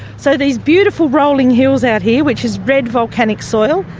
so these beautiful rolling hills out here which is red volcanic soil,